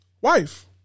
Wife